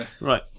Right